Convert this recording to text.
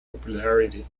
popularity